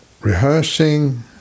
Rehearsing